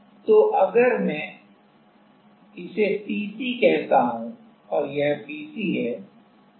तो अगर मैं इसे Tc कहता हूं और यह Pcहै